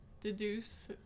Deduce